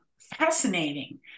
fascinating